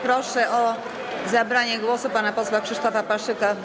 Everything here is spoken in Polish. Proszę o zabranie głosu pana posła Krzysztofa Paszyka,